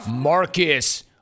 Marcus